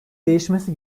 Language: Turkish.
değişmesi